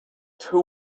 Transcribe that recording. two